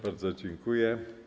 Bardzo dziękuję.